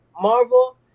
Marvel